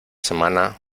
semana